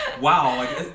wow